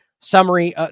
summary